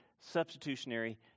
substitutionary